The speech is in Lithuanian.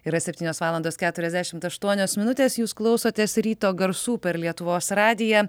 yra septynios valandos keturiasdešimt aštuonios minutės jūs klausotės ryto garsų per lietuvos radiją